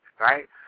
Right